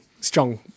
strong